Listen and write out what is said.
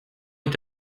est